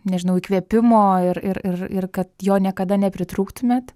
nežinau įkvėpimo ir ir ir ir kad jo niekada nepritrūktumėt